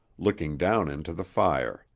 looking down into the fire.